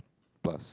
plus